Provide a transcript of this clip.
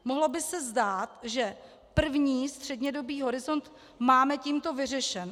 Mohlo by se zdát, že první střednědobý horizont máme tímto vyřešen.